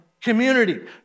community